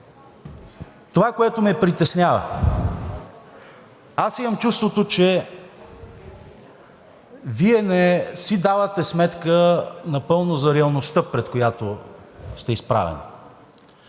Това, което ме притеснява – аз имам чувството, че Вие не си давате сметка напълно за реалността, пред която сте изправени.